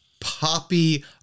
poppy